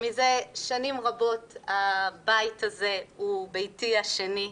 מזה שנים רבות הבית הזה הוא ביתי השני.